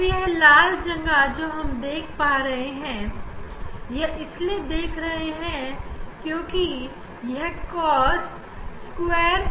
अब यह लाल वाला अंश जो हमें cos2 की वजह से दिख रहा है